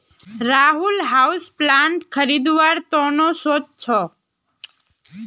Rahul houseplant खरीदवार त न सो च छ